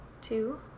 Two